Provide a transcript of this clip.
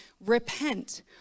repent